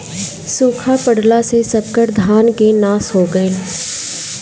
सुखा पड़ला से सबकर धान के नाश हो गईल